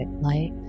light